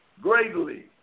greatly